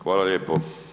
Hvala lijepo.